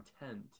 intent